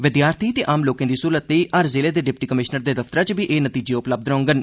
विद्यार्थी ते आम लोकें दी सहूलत लेई हर जिलें दे डिप्टी कमीश्नर दे दफ्तरै च बी एह् नतीजे उपलब्ध रौहगंन